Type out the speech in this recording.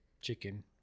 chicken